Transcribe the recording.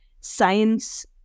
science